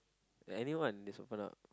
anyone just open up